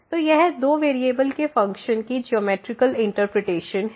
तो यह दो वेरिएबल के फ़ंक्शन की ज्योमैट्रिकल इंटरप्रिटेशन है